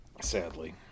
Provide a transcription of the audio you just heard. sadly